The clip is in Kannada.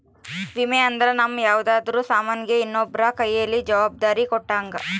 ವಿಮೆ ಅಂದ್ರ ನಮ್ ಯಾವ್ದರ ಸಾಮನ್ ಗೆ ಇನ್ನೊಬ್ರ ಕೈಯಲ್ಲಿ ಜವಾಬ್ದಾರಿ ಕೊಟ್ಟಂಗ